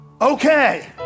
okay